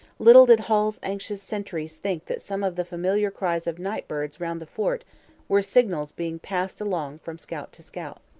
little did hull's anxious sentries think that some of the familiar cries of night-birds round the fort were signals being passed along from scout to scout.